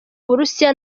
uburusiya